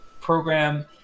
program